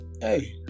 Hey